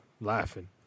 laughing